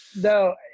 no